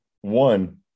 one